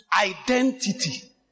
Identity